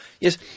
Yes